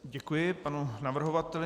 Děkuji panu navrhovateli.